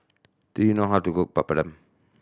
do you know how to cook Papadum